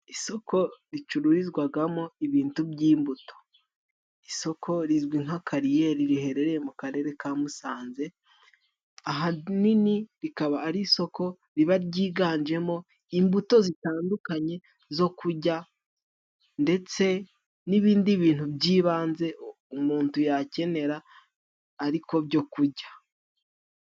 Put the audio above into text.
Isoko ricururizwagamo ibintu by'imbuto, isoko rizwi nka kariyeri riherereye mu karere ka Musanze, ahanini rikaba ari isoko riba ryiganjemo imbuto zitandukanye zo kujya, ndetse n'ibindi bintu by'ibanze umuntu yakenera ariko byo kujya.